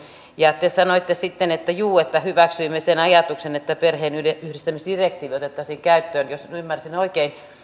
ja te sanoitte sitten että juu että hyväksyimme sen ajatuksen että perheenyhdistämisdirektiivi otettaisiin käyttöön jos ymmärsin oikein